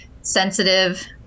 sensitive